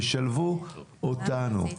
תשלבו אותנו,